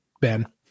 Ben